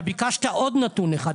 אתה ביקשת עוד נתון אחד.